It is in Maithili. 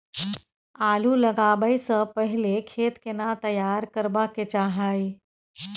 आलू लगाबै स पहिले खेत केना तैयार करबा के चाहय?